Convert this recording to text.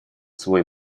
свой